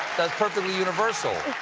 that's perfectly universal.